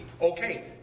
Okay